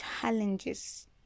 challenges